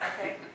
Okay